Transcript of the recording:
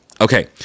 Okay